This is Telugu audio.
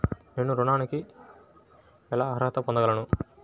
నేను ఋణానికి ఎలా అర్హత పొందగలను?